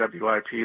WIP